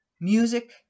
music